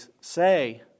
say